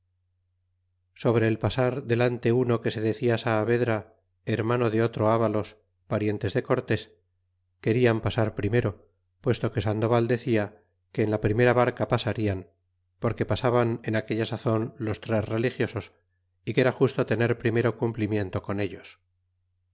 sobre el pasar deante uno que se decia saavedra hermano de otro avalos parientes de cortés querian pasar primero puesto que sandoval decia que en la primera barca pasarían porque pasaban en aquella sazon los tres religiosos y que era justo tener primero cumplimiento con ellos